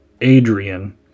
Adrian